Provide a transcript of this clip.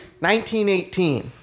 1918